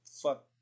fuck